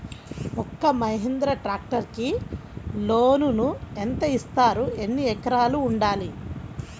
ఒక్క మహీంద్రా ట్రాక్టర్కి లోనును యెంత ఇస్తారు? ఎన్ని ఎకరాలు ఉండాలి?